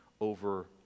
over